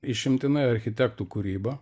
išimtinai architektų kūryba